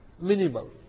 minimal